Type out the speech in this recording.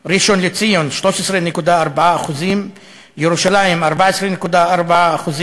ראשון-לציון, 13.4%, ירושלים, 14.4%,